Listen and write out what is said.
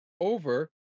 over